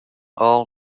all